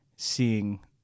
seeing